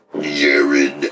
Jared